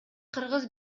кыргыз